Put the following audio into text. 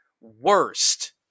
worst